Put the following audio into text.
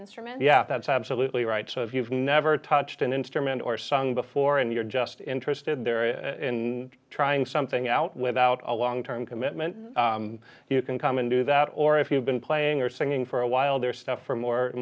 instrument yeah that's absolutely right so if you've never touched an instrument or sung before and you're just interested in trying something out without a long term commitment you can come and do that or if you've been playing or singing for a while there stuff for more and